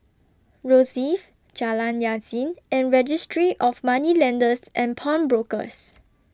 Rosyth Jalan Yasin and Registry of Moneylenders and Pawnbrokers